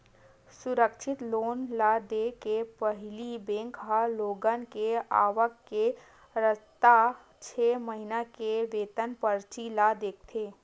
असुरक्छित लोन ल देय के पहिली बेंक ह लोगन के आवक के रस्ता, छै महिना के वेतन परची ल देखथे